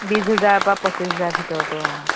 বিছ হেজাৰৰ পৰা পঁচিছ হেজাৰ ভিতৰটো অঁ